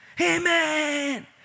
Amen